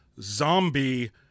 zombie